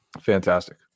fantastic